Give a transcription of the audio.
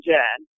Jen